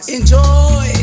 Enjoy